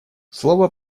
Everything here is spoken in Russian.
слова